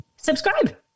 subscribe